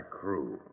crew